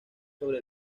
sobre